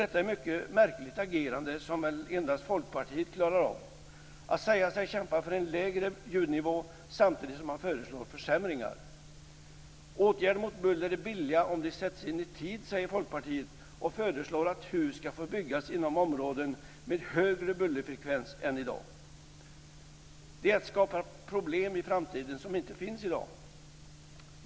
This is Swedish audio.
Detta är ett mycket märkligt agerande som väl endast Folkpartiet klarar av - att säga sig kämpa för en lägre ljudnivå samtidigt som man föreslår försämringar. Åtgärder mot buller är billiga om de sätts in i tid, säger Folkpartiet och föreslår att hus skall få byggas inom områden med högre bullerfrekvens än i dag. Detta är att skapa problem i framtiden som inte finns i dag.